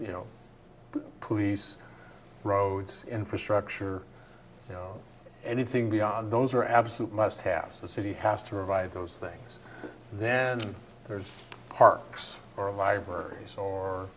you know police roads infrastructure you know anything beyond those are absolute must haves the city has to revive those things then there's parks or libraries or